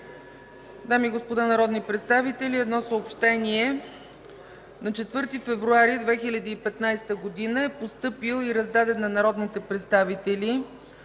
Дами и господа народни представители, едно съобщение: на 4 февруари 2015 г. е постъпил и раздаден на народните представители